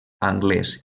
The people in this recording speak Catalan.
anglès